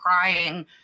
crying